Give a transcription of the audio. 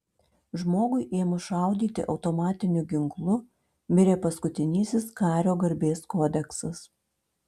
žmogui ėmus šaudyti automatiniu ginklu mirė paskutinysis kario garbės kodeksas